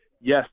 yes